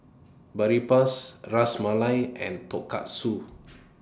Boribap Ras Malai and Tonkatsu